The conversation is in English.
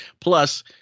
plus